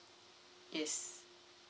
yes